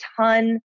ton